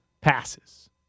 passes